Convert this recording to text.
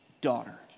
daughter